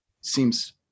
Seems